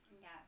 Yes